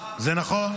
--- זה נכון.